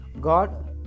God